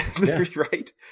right